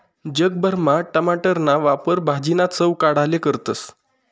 जग भरमा टमाटरना वापर भाजीना चव वाढाले करतस